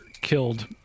killed